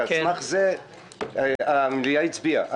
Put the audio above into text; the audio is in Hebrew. ועל סמך זה המליאה הצביעה.